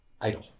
Idle